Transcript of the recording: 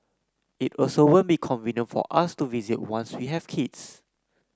it also won't be convenient for us to visit once we have kids